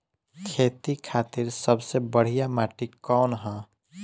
खेती खातिर सबसे बढ़िया माटी कवन ह?